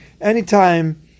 Anytime